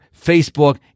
Facebook